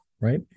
right